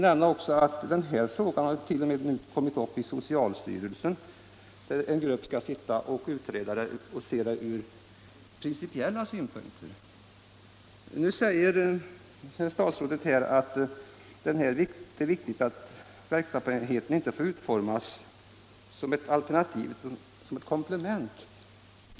Frågan har nu t.o.m. kommit upp i socialstyrelsen, där en grupp skall utreda den från principiella synpunkter. Statsrådet säger att det är viktigt att verksamheten inte utformas som ett alternativ utan som ett komplement.